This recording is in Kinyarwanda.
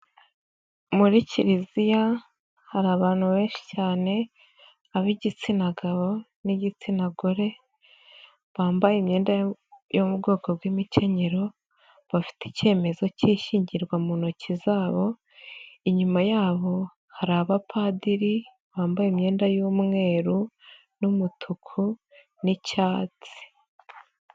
Muri kiliziya, hari abantu benshi cyane, ab'igitsina gabo n'igitsina gore, bambaye imyenda yo mu bwoko bw'imikenyero, bafite ikemezo k'ishyingirwa mu ntoki zabo, inyuma yabo hari abapadiri, bambaye imyenda y'umweru n'umutuku n'icyatsi.